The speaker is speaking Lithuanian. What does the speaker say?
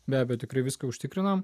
be abejo tikri viską užtikriname